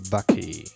Bucky